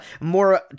more